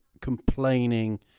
complaining